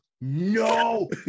No